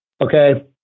okay